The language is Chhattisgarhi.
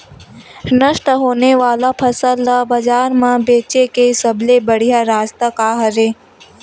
नष्ट होने वाला फसल ला बाजार मा बेचे के सबले बढ़िया रास्ता का हरे?